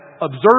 Observe